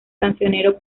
cancionero